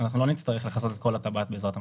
אנחנו לא נצטרך לכסות את כל הטבעת בעזרת מצלמות.